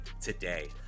today